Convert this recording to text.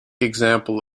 example